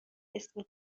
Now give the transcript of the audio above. اسم